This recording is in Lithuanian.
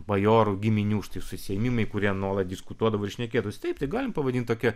bajorų giminių susiėjimai kur jie nuolat diskutuodavo ir šnekėtųsi taip tai galim pavadint tokia